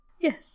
Yes